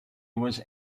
was